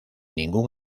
ningún